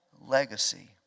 legacy